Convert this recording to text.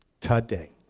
today